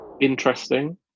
Interesting